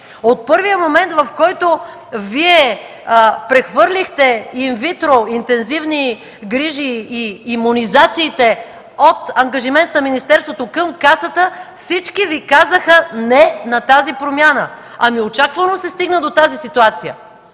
От първия момент, в който Вие прехвърлихте инвитро, интензивни грижи и имунизациите от ангажимент на министерството към Касата, всички Ви казаха „не” на тази промяна. Очаквано се стигна до тази ситуация.